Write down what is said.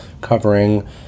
covering